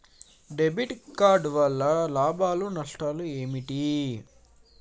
Debit card వల్ల లాభాలు నష్టాలు ఏమిటి?